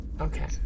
Okay